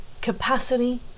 capacity